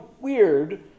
weird